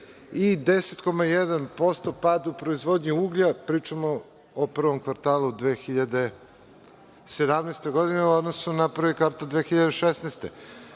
i 10,1% pad u proizvodnji uglja, pričamo o prvom kvartalu 2017. godine, u odnosu na prvi kvartal 2016.